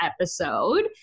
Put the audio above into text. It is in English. episode